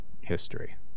history